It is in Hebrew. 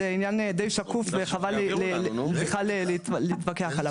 זה עניין די שקוף וחבל לי בכלל להתווכח עליו.